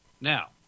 now